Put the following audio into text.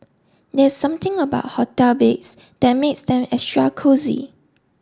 there's something about hotel beds that makes them extra cosy